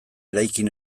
eraikin